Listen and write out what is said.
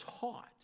taught